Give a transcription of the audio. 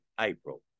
April